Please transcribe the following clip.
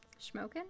Schmokin